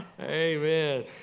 amen